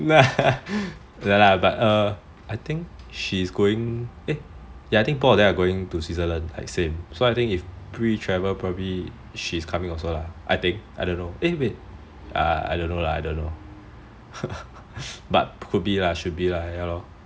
no lah but I think she's going eh I think both of them are going to switzerland like same so I think if pre travel probably she's coming also lah I think I don't know eh wait uh I don't know lah I don't know but should be lah should be lah